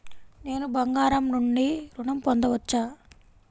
నేను బంగారం నుండి ఋణం పొందవచ్చా?